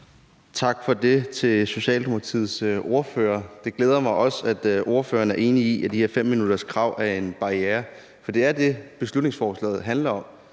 Tak for det til Socialdemokratiets ordfører. Det glæder mig også, at ordføreren er enig i, at de her 5-minutterskrav er en barriere, for det er det, beslutningsforslaget handler om.